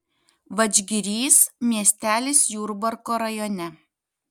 vadžgirys miestelis jurbarko rajone